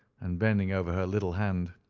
and bending over her little hand.